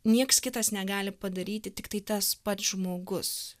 nieks kitas negali padaryti tiktai tas pats žmogus